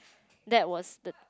that was the